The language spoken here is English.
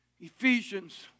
Ephesians